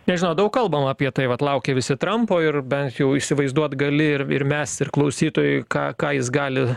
nežinau daug kalbama apie tai vat laukia visi trampo ir bent jau įsivaizduot gali ir ir mes ir klausytojui ką ką jis gali